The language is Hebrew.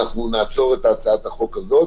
אנחנו נעצור את הצעת החוק הזאת